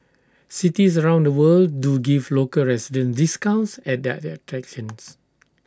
cities around the world do give local residents discounts at their their attractions